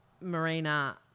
Marina